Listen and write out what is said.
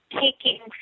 taking